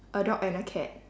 a dog and a cat